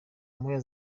moya